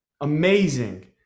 Amazing